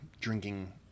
drinking